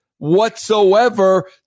whatsoever